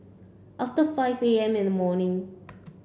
after five A M in the morning